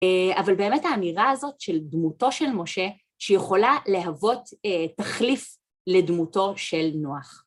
אבל באמת האמירה הזאת של דמותו של משה שיכולה להוות תחליף לדמותו של נוח.